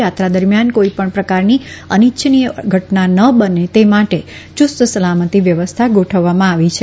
યાત્રા દરમિયાન કોઈ પણ પ્રકારની અનિચ્છનીય ઘટના ન બને તે માટે યુસ્ત સલામતી વ્યવસ્થા ગોઠવવામાં આવી છે